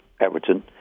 Everton